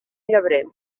llebrer